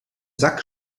sack